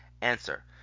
Answer